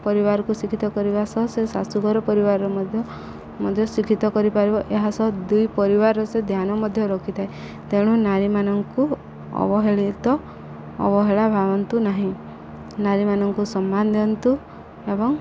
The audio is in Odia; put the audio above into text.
ପରିବାରକୁ ଶିକ୍ଷିତ କରିବା ସହ ସେ ଶାଶୁଘର ପରିବାରର ମଧ୍ୟ ମଧ୍ୟ ଶିକ୍ଷିତ କରିପାରିବ ଏହା ସହ ଦୁଇ ପରିବାରର ସେ ଧ୍ୟାନ ମଧ୍ୟ ରଖିଥାଏ ତେଣୁ ନାରୀମାନଙ୍କୁ ଅବହେଳିତ ଅବହେଳା ଭାବନ୍ତୁ ନାହିଁ ନାରୀମାନଙ୍କୁ ସମ୍ମାନ ଦିଅନ୍ତୁ ଏବଂ